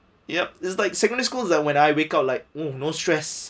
yup it's like secondary school that when I wake up like oh no stress